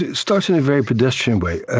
starts in a very pedestrian way.